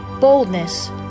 boldness